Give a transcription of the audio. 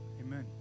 Amen